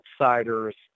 outsiders